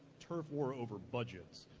turf war over budgets?